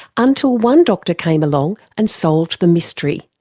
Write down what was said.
until one doctor came along and solved the mystery,